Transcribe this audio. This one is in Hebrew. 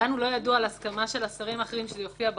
לנו לא ידוע על הסכמה של השרים האחרים שזה יופיע בחוק.